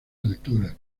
alturas